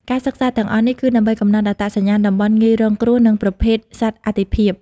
ការសិក្សាទាំងអស់នេះ គឺដើម្បីកំណត់អត្តសញ្ញាណតំបន់ងាយរងគ្រោះ និងប្រភេទសត្វអាទិភាព។